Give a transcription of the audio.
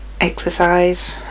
exercise